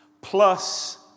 plus